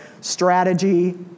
strategy